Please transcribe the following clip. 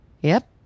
Yep